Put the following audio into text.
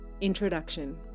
Introduction